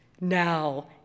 Now